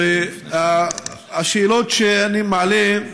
השאלות שאני מעלה: